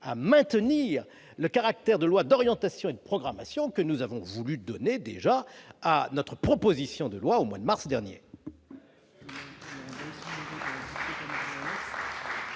à maintenir le caractère de loi d'orientation et de programmation que nous avions déjà donné à notre proposition de loi au mois de mars dernier.